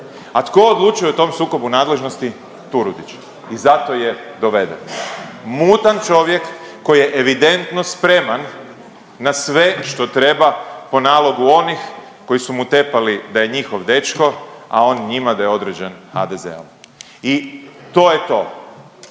a tko odlučuje o tom sukobu nadležnosti. Turudić. I zato je doveden. Mutan čovjek koji je evidentno spreman na sve što treba po nalogu onih koji su mu tepali da je njihov dečko a on njima da je određen HDZ-om i to je to.